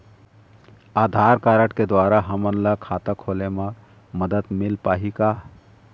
आधार card के द्वारा हमन ला खाता खोले म मदद मिल पाही का?